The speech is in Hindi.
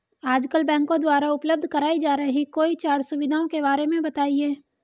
आजकल बैंकों द्वारा उपलब्ध कराई जा रही कोई चार सुविधाओं के बारे में बताइए?